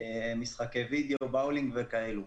משחקי וידאו, באולינג וכאלה.